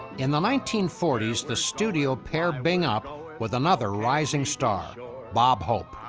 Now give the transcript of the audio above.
in the nineteen forty s, the studios pair bing up with another rising star bob hope,